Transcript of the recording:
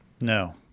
No